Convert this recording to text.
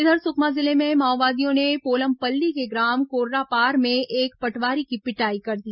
इधर सुकमा जिले में माओवादियों ने पोलमपल्ली के ग्राम कोर्रापार में एक पटवारी की पिटाई कर दी